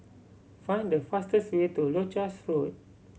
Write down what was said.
find the fastest way to Leuchars Road